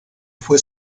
fue